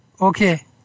Okay